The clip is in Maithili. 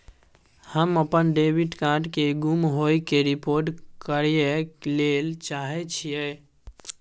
हम अपन डेबिट कार्ड के गुम होय के रिपोर्ट करय ले चाहय छियै